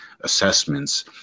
assessments